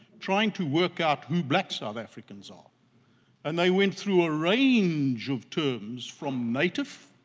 trying to work out who black south africans are and they went through a range of terms from native